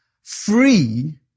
free